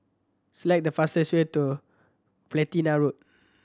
select the fastest way to Platina Road